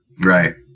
Right